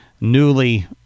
newly